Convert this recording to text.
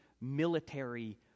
military